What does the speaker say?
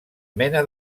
mena